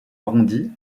arrondi